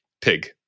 Pig